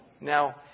Now